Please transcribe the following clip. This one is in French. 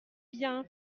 bien